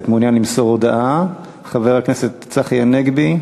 אני מניח שגם לכך אין מתנגדים,